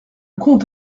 comte